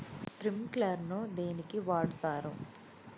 Sprinkler ను దేనికి వాడుతరు?